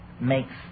makes